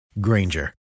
Granger